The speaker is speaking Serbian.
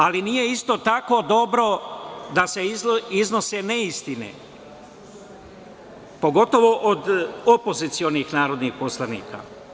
Ali, nije isto tako dobro da se iznose neistine, pogotovo od opozicionih narodnih poslanika.